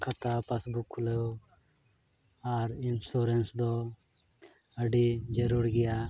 ᱠᱷᱟᱛᱟ ᱠᱷᱩᱞᱟᱹᱣ ᱟᱨ ᱫᱚ ᱟᱹᱰᱤ ᱡᱟᱹᱨᱩᱲ ᱜᱮᱭᱟ